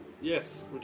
yes